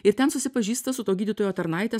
ir ten susipažįsta su to gydytojo tarnaite